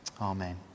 Amen